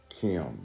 Kim